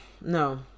No